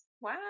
Wow